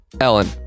Ellen